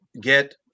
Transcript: get